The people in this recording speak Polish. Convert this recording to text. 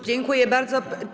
Dziękuję bardzo.